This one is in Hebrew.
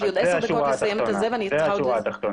יש לי עוד 10 דקות לסיים ואני צריכה עוד --- אז זו השורה התחתונה.